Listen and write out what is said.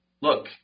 look